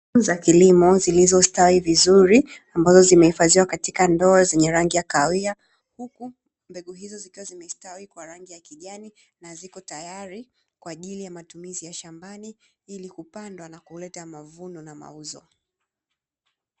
Mbegu za kilimo zilizostawi vizuri ambazo zimehifadhiwa katika ndoo, zenye rangi ya kahawia. Mbegu hizo zikiwa zimestawi kwa rangi ya kijani na ziko tayari kwa ajili ya matumizi ya shambani ili kupandwa na kuleta mavuno na mauzo.